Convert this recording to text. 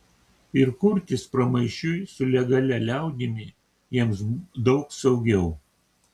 ir kurtis pramaišiui su legalia liaudimi jiems daug saugiau